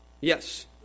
Yes